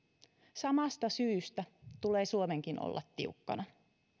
samasta syystä tulee suomenkin olla tiukkana